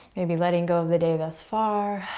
maybe letting go of the day thus far